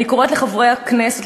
אני קוראת לחברי הכנסת,